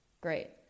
Great